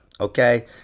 Okay